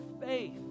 faith